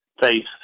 face